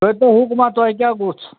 کٔرۍتو حُکماہ تۄہہِ کیٛاہ گوٚژھ